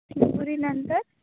नंतर